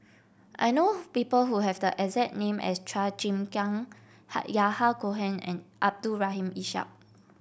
I know people who have the exact name as Chua Chim Kang Yahya Cohen and Abdul Rahim Ishak